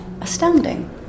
astounding